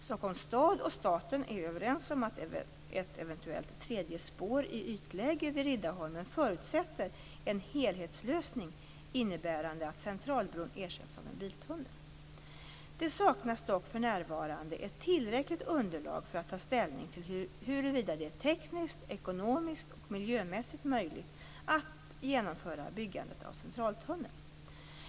Stockholms stad och staten är överens om att ett eventuellt tredje spår i ytläge vid Riddarholmen förutsätter en helhetslösning innebärande att Centralbron ersätts av en biltunnel. Det saknas dock för närvarande ett tillräckligt underlag för att ta ställning till huruvida det är tekniskt, ekonomiskt och miljömässigt möjligt att genomföra byggandet av centraltunneln.